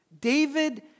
David